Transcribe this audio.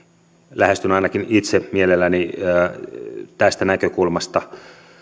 lähestyn ainakin itse mielelläni tästä näkökulmasta